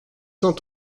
cent